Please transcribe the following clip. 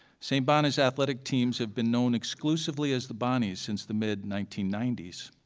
st. bona's athletic teams have been known exclusively as the bonnies since the mid nineteen ninety s.